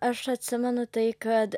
aš atsimenu tai kad